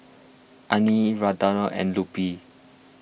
Anie and Lupe